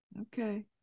Okay